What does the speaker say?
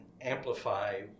amplify